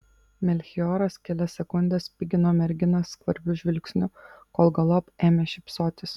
melchioras kelias sekundes spigino merginą skvarbiu žvilgsniu kol galop ėmė šypsotis